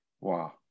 Wow